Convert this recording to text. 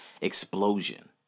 explosion